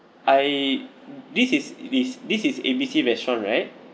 I this is this this is A B C restaurant right